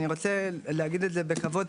אני רוצה להגיד את זה בכבוד.